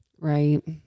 Right